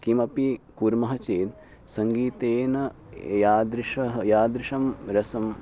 किमपि कुर्मः चेत् सङ्गीतेन यादृशं यादृशं रसम्